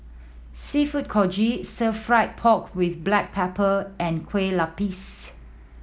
Seafood Congee Stir Fry pork with black pepper and Kueh Lupis